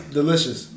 delicious